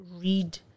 read